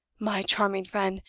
my charming friend,